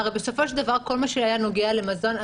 הרי בסופו של דבר, כל מה שהיה נוגע למזון,